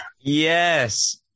yes